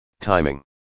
timing